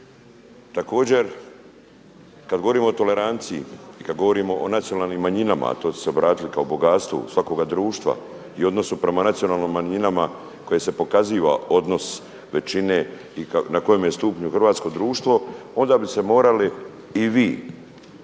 Također kad govorimo o toleranciji i kad govorimo o nacionalnim manjinama a to su se obratili kao bogatstvu svakoga društva i odnosa prema nacionalnim manjinama koji se pokaziva odnos većine i na kojem je stupnju hrvatsko društvo, onda bi se morali i vi